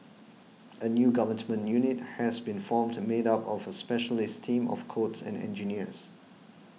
a new Government unit has been formed made up of a specialist team of codes and engineers